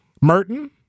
Merton